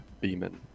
Beeman